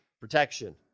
Protection